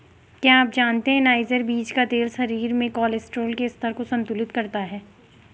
क्या आप जानते है नाइजर बीज का तेल शरीर में कोलेस्ट्रॉल के स्तर को संतुलित करता है?